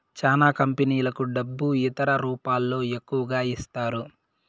చానా కంపెనీలకు డబ్బు ఇతర రూపాల్లో ఎక్కువగా ఇస్తారు